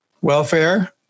welfare